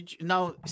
now